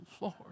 Lord